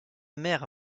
mère